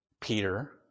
Peter